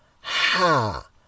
Ha